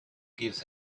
gives